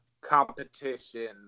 competition